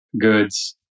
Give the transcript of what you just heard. goods